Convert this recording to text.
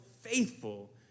faithful